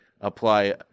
apply